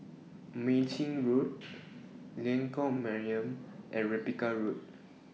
Mei Chin Road Lengkok Mariam and Rebecca Road